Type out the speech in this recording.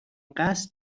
قصد